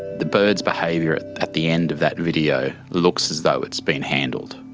the bird's behaviour at the end of that video looks as though it's been handled.